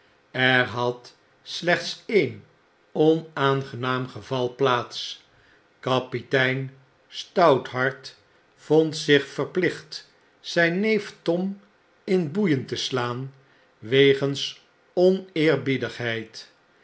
er had slechts en onaangenaam geval plaats kapitein stouthart een roman uit den vacantie tijd in vier deelen vond zlch verplicht zjjn neef tom in boeien te slaan wegens